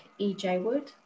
ejwood